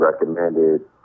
recommended